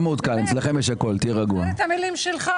מה זה אצלכם?